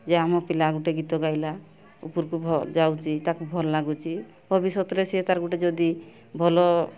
ଯେ ଆମ ପିଲା ଗୋଟିଏ ଗୀତ ଗାଇଲା ଉପରକୁ ଯାଉଛି ତାକୁ ଭଲ ଲାଗୁଛି ଭବିଷ୍ୟତରେ ସିଏ ତା'ର ଗୋଟିଏ ଯଦି ଭଲ